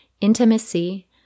intimacy